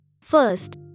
First